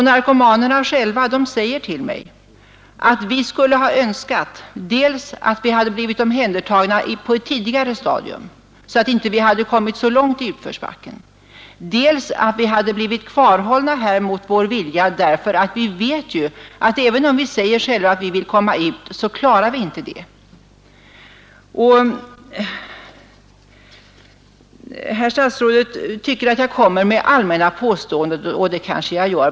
Narkomanerna säger själva till mig att de skulle ha önskat dels att de hade blivit omhändertagna på ett tidigare stadium, så att de inte hade hunnit så långt i utförsbacken, dels att de hade önskat att de hade blivit kvarhållna på sjukhuset mot sin vilja därför att de vet att även om de säger att de vill komma ut, så klarar de inte detta. Herr statsrådet tycker att jag kommer med allmänna påståenden. Det kanske jag gör.